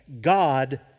God